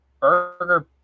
burger